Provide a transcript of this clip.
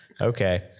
okay